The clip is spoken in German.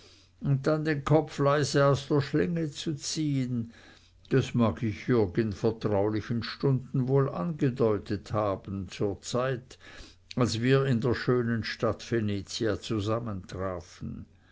und dann den kopf leise aus der schlinge zu ziehn das mag ich jürg in vertraulichen stunden wohl angedeutet haben zur zeit als wir in der schönen stadt venezia zusammentrafen